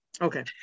Okay